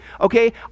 okay